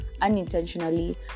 unintentionally